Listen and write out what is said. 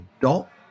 Dot